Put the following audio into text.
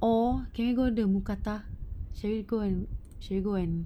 or can we go the mookata shall we go and shall we go and